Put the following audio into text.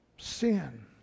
Sin